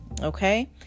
okay